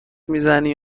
میزنی